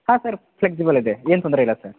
ಹಾಂ sir flexible ಇದೆ ಏನು ತೊಂದರೆ ಇಲ್ಲ ಸ